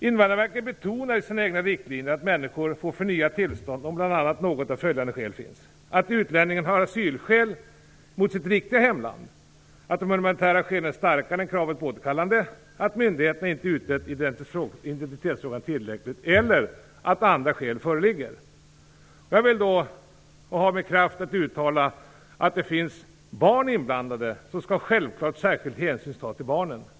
Invandrarverket betonar i sina egna riktlinjer att människor får förnyat tillstånd om bl.a. något av följande skäl föreligger: att utlänningen har asylskäl gentemot sitt riktiga hemland, att de humanitära skälen är starkare än kravet på återkallande, att myndigheterna inte tillräckligt utrett identitetsfrågan eller andra skäl. Jag vill med kraft uttala att om det finns barn inblandade skall självfallet särskild hänsyn tas till dem.